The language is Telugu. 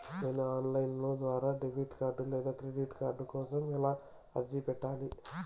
నేను ఆన్ లైను ద్వారా డెబిట్ కార్డు లేదా క్రెడిట్ కార్డు కోసం ఎలా అర్జీ పెట్టాలి?